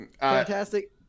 Fantastic